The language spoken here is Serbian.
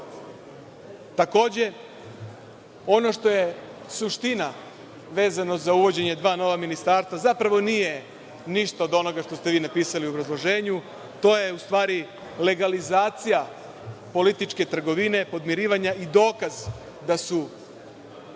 Srbiji. Takođe, ono što je suština vezano za uvođenje dva nova ministarstva, zapravo nije ništa od onoga što ste vi napisali u obrazloženju. To je u stvari legalizacija političke trgovine, podmirivanja i dokaz da su